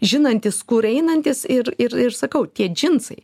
žinantis kur einantis ir ir ir sakau tie džinsai